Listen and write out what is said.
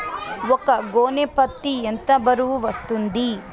ఒక గోనె పత్తి ఎంత బరువు వస్తుంది?